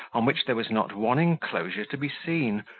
on which there was not one inclosure to be seen,